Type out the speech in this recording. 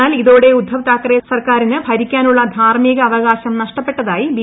എന്നാൽ ഇതോടെ ഉദ്ധവ് താക്കറെ സർക്കാരിന് ഭരിക്കാനുളള ധാർമ്മിക അവകാശം നഷ്ടപ്പെട്ടതായി ബി